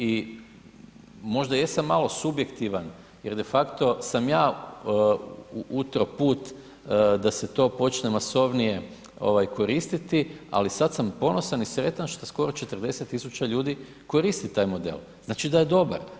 I možda jesam malo subjektivan jer de facto sam ja utro put da se to počne masovnije koristiti ali sad sam ponosan i sretan što skoro 40 tisuća ljudi koristi taj model, znači da je dobar.